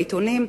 בעיתונים,